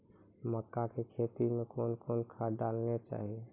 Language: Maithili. मक्का के खेती मे कौन कौन खाद डालने चाहिए?